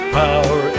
power